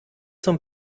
zum